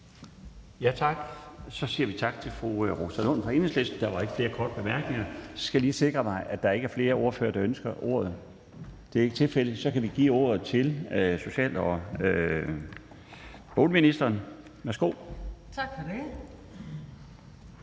Tak. Vi siger tak til fru Rosa Lund fra Enhedslisten. Der var ikke flere korte bemærkninger. Så skal jeg lige sikre mig, at der ikke er flere ordførere, der ønsker ordet. Det er ikke tilfældet, og så kan vi give ordet til social- og boligministeren. Værsgo. Kl.